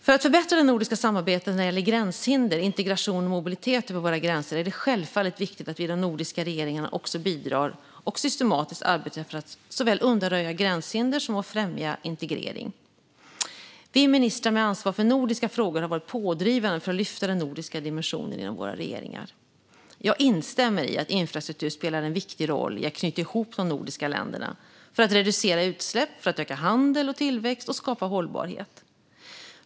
För att förbättra det nordiska samarbetet när det gäller gränshinder, integration och mobilitet över våra gränser är det självfallet viktigt att vi i de nordiska regeringarna också bidrar och systematiskt arbetar för att såväl undanröja gränshinder som främja integrering. Vi ministrar med ansvar för nordiska frågor har varit pådrivande för att lyfta den nordiska dimensionen inom våra regeringar. Jag instämmer i att infrastruktur spelar en viktig roll i att knyta ihop de nordiska länderna för att reducera utsläpp, öka handel och tillväxt samt skapa hållbarhet.